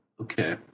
okay